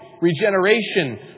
regeneration